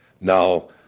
now